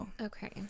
Okay